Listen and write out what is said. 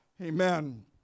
amen